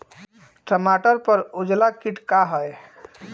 टमाटर पर उजला किट का है?